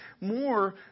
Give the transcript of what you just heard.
more